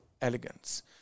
elegance